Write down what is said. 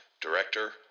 Director